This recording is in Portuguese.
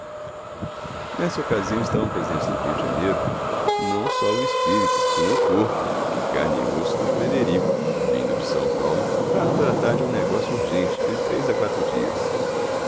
nessa ocasião estavam presentes no rio de janeiro não só o espírito como o corpo em carne e osso do frederico vindo de são paulo para tratar de um negócio urgente de três a quatro dias